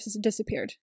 disappeared